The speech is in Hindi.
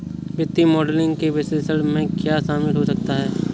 वित्तीय मॉडलिंग के विश्लेषण में क्या शामिल हो सकता है?